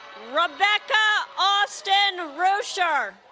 rebecca austin ruescher